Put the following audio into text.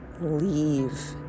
leave